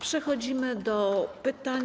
Przechodzimy do pytań.